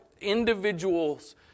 individuals